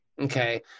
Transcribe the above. Okay